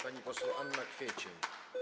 Pani poseł Anna Kwiecień.